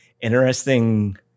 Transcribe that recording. interesting